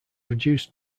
reduced